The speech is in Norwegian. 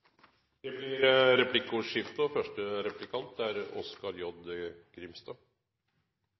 Det blir replikkordskifte. Nå er